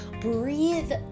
Breathe